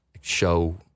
show